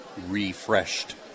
refreshed